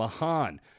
Mahan